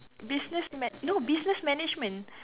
business man~ no business management